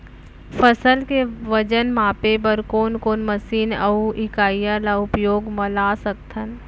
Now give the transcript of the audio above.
फसल के वजन मापे बर कोन कोन मशीन अऊ इकाइयां ला उपयोग मा ला सकथन?